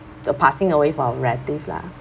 the passing away for a relative lah